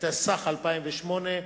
התשס"ח 2008,